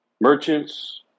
merchants